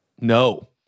No